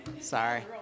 Sorry